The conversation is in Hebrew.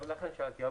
ולכן שאלתי.